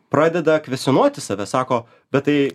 pradeda kvestionuoti save sako bet tai